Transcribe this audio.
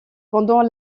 pendant